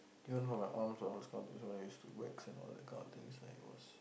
you want to know my arms are when I used to wax and all that kinds of things right it was